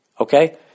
Okay